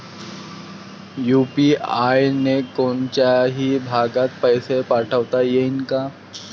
UPI न कोनच्याही भागात पैसे पाठवता येईन का?